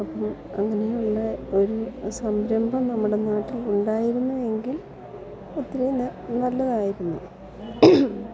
അപ്പം അങ്ങനെയുള്ള ഒരു സംരംഭം നമ്മുടെ നാട്ടിലുണ്ടായിരുന്നു എങ്കിൽ ഒത്തിരിയേറെ നല്ലതായിരുന്നു